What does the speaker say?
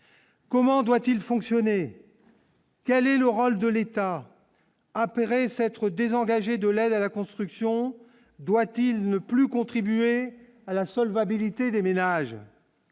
comment doit-il fonctionner, quel est le rôle de l'État, après s'être désengagé de la la la construction doit-il ne plus contribuer à la solvabilité des ménages